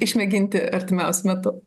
išmėginti artimiausiu metu